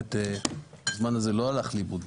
שבאמת הזמן הזה מהבוקר לא הלך לא הלך לאיבוד.